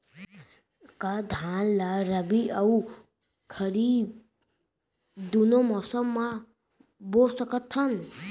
का धान ला रबि अऊ खरीफ दूनो मौसम मा बो सकत हन?